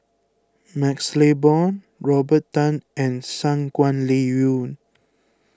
MaxLe Blond Robert Tan and Shangguan Liuyun